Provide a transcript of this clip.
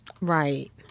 right